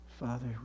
Father